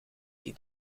die